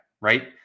right